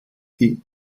die